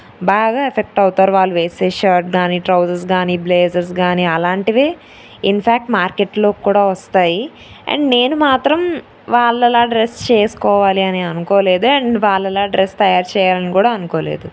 బాగా ఎఫెక్ట్ అవుతారు వాళ్ళు వేసే షర్ట్ కానీ ట్రౌజర్స్ కానీ బ్లేజర్స్ కానీ అలాంటివి ఇన్ఫాక్ట్ మార్కెట్లో కూడా వస్తాయి అండ్ నేను మాత్రం వాళ్ళలాగా డ్రస్ చేసుకోవాలి అని అనుకోలేదు అండ్ వాళ్ళలాగా డ్రస్ తయారుచేయాలని కూడా అనుకోలేదు